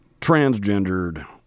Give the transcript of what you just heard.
transgendered